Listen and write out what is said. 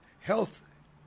health